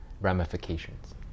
ramifications